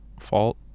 fault